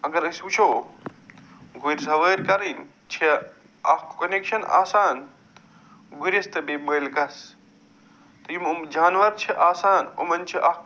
اگر أسۍ وٕچھو گُرۍ سوٲرۍ کَرٕنۍ چھےٚ اکھ کۄنٮ۪کشن آسان گُرِس تہٕ بیٚیہِ مٲلِکس تہٕ یِمہٕ یِم جانور چھِ آسان یِمن چھِ اکھ